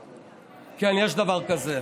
כן, יש דבר כזה.